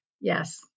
Yes